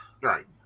Right